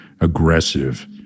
aggressive